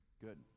Good